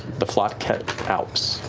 the flotket alps.